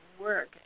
work